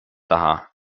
taha